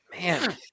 Man